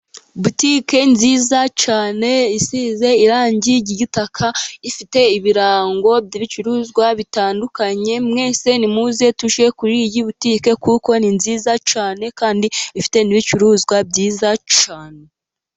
Botike nziza cyane, isize irangiye ry'igitaka. Ifite ibirango by'ibicuruzwa bitandukanye. Mwese nimuze tujye kuri iyi botike, kuko ni nziza cyane, kandi ifite n'ibicuruzwa byiza cyane